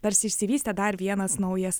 tarsi išsivystė dar vienas naujas